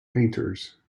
painters